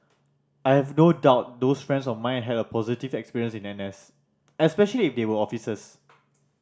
I have no doubt those friends of mine had a positive experience in N S especially if they were officers